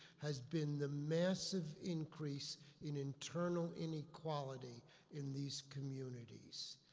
has been the massive increase in internal inequality in these communities.